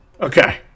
Okay